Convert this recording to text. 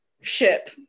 ship